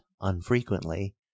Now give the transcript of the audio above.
unfrequently